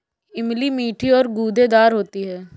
इमली मीठी और गूदेदार होती है